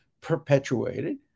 perpetuated